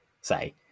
say